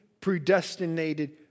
predestinated